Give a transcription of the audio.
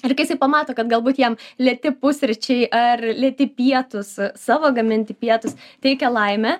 ir kai jisai pamato kad galbūt jam lėti pusryčiai ar lėti pietūs savo gaminti pietus teikia laimę